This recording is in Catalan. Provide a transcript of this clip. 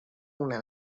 una